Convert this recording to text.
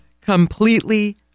Completely